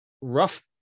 Rough